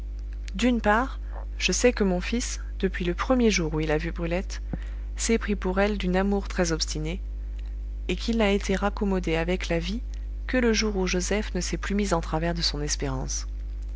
d'une part je sais que mon fils depuis le premier jour où il a vu brulette s'est pris pour elle d'une amour très obstinée et qu'il n'a été raccommodé avec la vie que le jour où joseph ne s'est plus mis en travers de son espérance